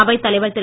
அவைத் தலைவர் திரு